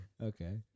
okay